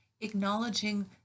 acknowledging